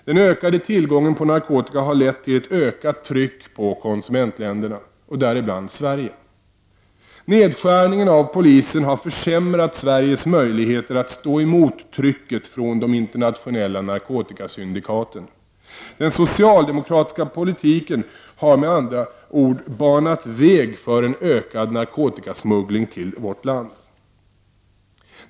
Den ökade tillgången på narkotika har lett till ett ökat tryck på konsumentländerna, däribland Sverige. Nedskärningen av polisen har försämrat Sverigs möjligheter att stå emot trycket från de internationella narkotikasyndikaten. Den socialdemokratiska politiken har med andra ord banat väg för en ökad narkotikasmuggling till vårt land.